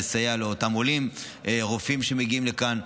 לסייע לאותם רופאים עולים שמגיעים לכאן.